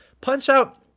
Punch-Out